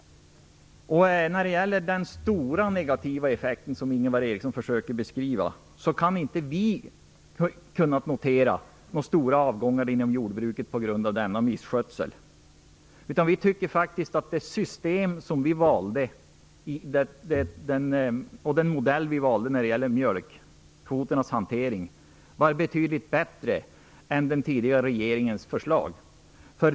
Ingvar Eriksson försöker beskriva den stora negativa effekten av denna misskötsel. Men vi har inte kunnat notera några stora avgångar inom jordbruket. Vi tycker faktiskt att den modell som vi valde när det gäller mjölkkvoternas hantering var betydligt bättre än den tidigare regeringens förslag.